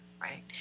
right